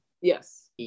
Yes